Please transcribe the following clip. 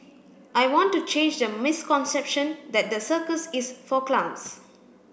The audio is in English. I want to change the misconception that the circus is for clowns